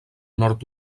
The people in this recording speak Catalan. nord